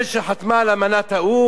שחתמה על אמנת האו"ם,